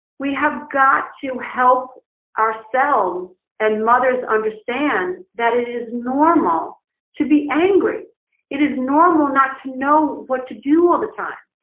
we have got to help ourselves and mothers understand that it is normal to be angry it is normal not to know what to do all the time.